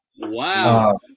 Wow